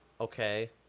Okay